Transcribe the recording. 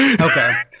Okay